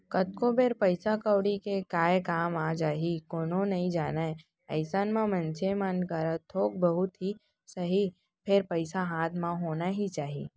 कतको बेर पइसा कउड़ी के काय काम आ जाही कोनो नइ जानय अइसन म मनसे मन करा थोक बहुत ही सही फेर पइसा हाथ म होना ही चाही